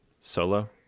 Solo